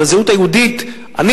על הזהות היהודית, אני